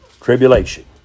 tribulation